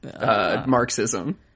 Marxism